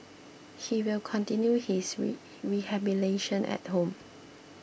he will continue his rehabilitation at home